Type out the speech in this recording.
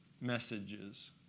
messages